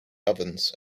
ovens